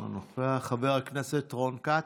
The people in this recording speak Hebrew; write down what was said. אינו נוכח, חבר הכנסת רון כץ,